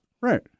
Right